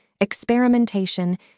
experimentation